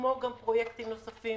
כמו גם פרויקטים נוספים,